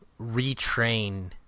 retrain